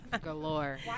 Galore